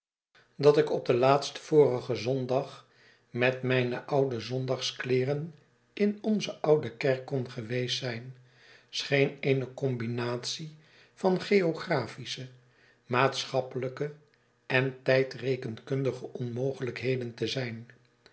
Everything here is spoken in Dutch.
dat ik op den laatstvorigen zondag met mijne oude zondagskleeren in onze oude kerk kon geweest zijn scheen eene combinatie van geographische maatschappelijke en tijdrekenkundige onmogelijkheden te zijn